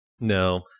No